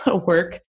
work